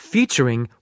Featuring